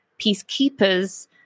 peacekeepers